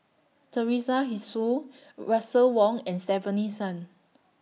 Teresa Hsu Russel Wong and Stefanie Sun